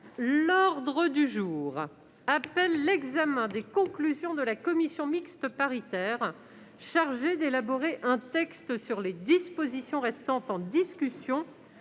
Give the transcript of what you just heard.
L'ordre du jour appelle l'examen des conclusions de la commission mixte paritaire chargée d'élaborer un texte sur les dispositions restant en discussion